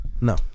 No